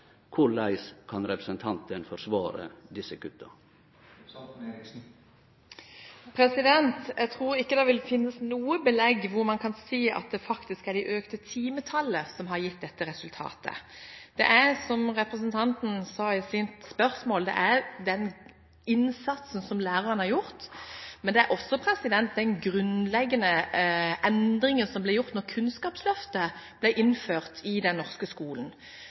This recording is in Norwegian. vert: Korleis kan representanten forsvare desse kutta? Jeg tror ikke det vil finnes noe belegg for å si at det faktisk er det økte timetallet som har gitt dette resultatet. Det er – som representanten sa i sitt spørsmål – innsatsen fra lærerne som har gjort, men det er også den grunnleggende endringen som ble gjort da Kunnskapsløftet ble innført i den norske skolen,